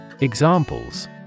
Examples